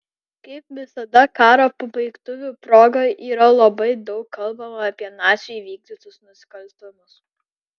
kaip visada karo pabaigtuvių proga yra labai daug kalbama apie nacių įvykdytus nusikaltimus